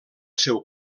seu